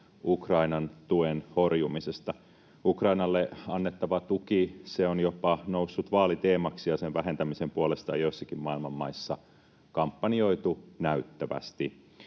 Ukrainan tuen horjumisesta. Ukrainalle annettava tuki on jopa noussut vaaliteemaksi, ja sen vähentämisen puolesta on joissakin maailman maissa kampanjoitu näyttävästi.